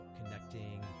Connecting